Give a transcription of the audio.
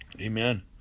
Amen